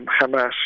Hamas